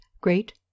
great